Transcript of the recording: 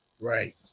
Right